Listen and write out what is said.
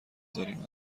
داریم